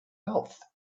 health